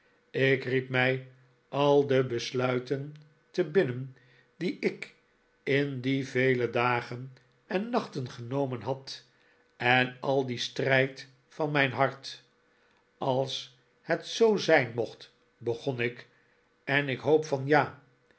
ik riep mij al de besluiten te binnen die ik in die vele dagen en nachten genomen had en al dien strijd van mijn hart als het zoo zijn mocht begon ik en ik hoop van ja